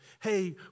hey